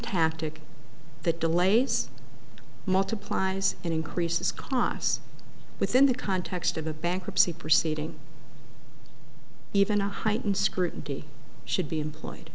tactic that delays multiplies and increases costs within the context of a bankruptcy proceeding even a heightened scrutiny should be employed